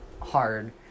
hard